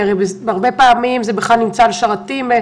כי הרבה פעמים זה בכלל נמצא על שרתים זרים.